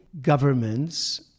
governments